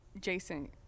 Jason